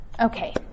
okay